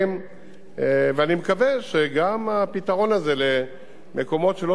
ואני מקווה שגם הפתרון הזה למקומות שלא סטטוטוריים,